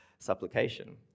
supplication